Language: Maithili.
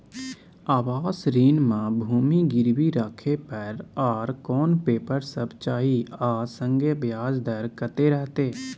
आवास ऋण म भूमि गिरवी राखै पर आर कोन पेपर सब चाही आ संगे ब्याज दर कत्ते रहते?